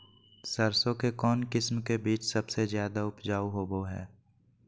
सरसों के कौन किस्म के बीच सबसे ज्यादा उपजाऊ होबो हय?